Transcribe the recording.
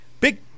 big